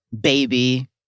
Baby